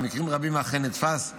במקרים רבים אכן נתפסו